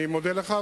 אני מודה לך.